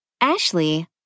Ashley